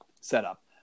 setup